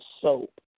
soap